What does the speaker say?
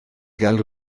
gael